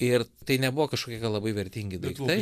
ir tai nebuvo kažkokie gal labai vertingi daiktai